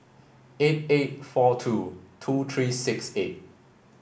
eight eight four two two three six eight